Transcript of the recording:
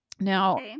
now